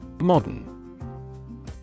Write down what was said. Modern